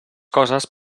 coses